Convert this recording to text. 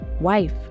wife